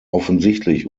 offensichtlich